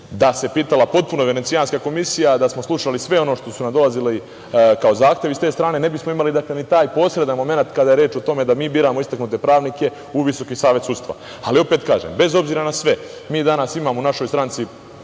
se pitala potpuno Venecijanska komisija, da smo slušali sve ono što su nam dolazili kao zahtevi sa te strane, ne bismo imali ni taj posredan momenat kada je reč o tome da mi biramo istaknute pravnike u Visoki savet sudstva. Opet kažem, bez obzira na sve, mi danas imamo u našoj stranci